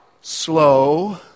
slow